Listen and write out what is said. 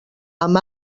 amb